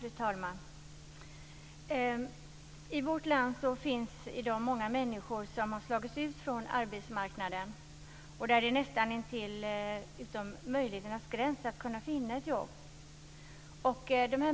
Fru talman! I vårt land finns i dag många människor som har slagits ut från arbetsmarknaden och där det nästintill är utom möjlighetens gräns att finna ett jobb.